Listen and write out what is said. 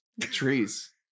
Trees